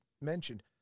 mentioned